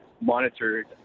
monitored